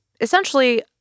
essentially